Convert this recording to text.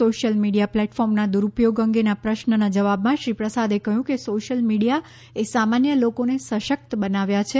social media પ્લેટફોર્મના દુરૂપયોગ અંગેના પ્રશ્નના જવાબમાં શ્રી પ્રસાદે કહ્યું સોશિયલ મીડિયાએ સામાન્ય લોકોને સશક્ત બનાવ્યા છે